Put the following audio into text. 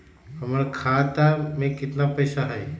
हमर खाता में केतना पैसा हई?